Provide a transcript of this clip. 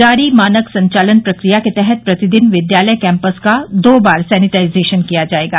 जारी मानक संचालन प्रक्रिया के तहत प्रतिदिन विद्यालय कैम्पस का दो बार सेनिटाइजेशन किया जायेगा